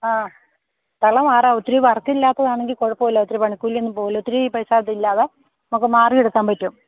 ആ വള മാറാം ഒത്തിരി വർക്കില്ലാത്തതാണെങ്കില് കുഴപ്പമില്ല ഒത്തിരി പണിക്കൂലിയൊന്നും പോവില്ല ഒത്തിരി പൈസ അതില്ലാതെ നമുക്കു മാറിയെടുക്കാന് പറ്റും